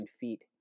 feet